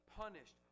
punished